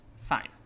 fine